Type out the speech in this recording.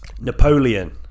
Napoleon